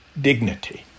dignity